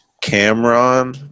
Cameron